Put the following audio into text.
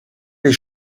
les